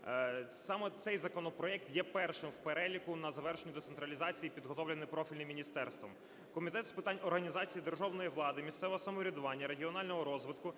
Саме цей законопроект є першим в переліку на завершенні до централізації, підготовлений профільним міністерством. Комітет з питань організації державної влади, місцевого самоврядування, регіонального розвитку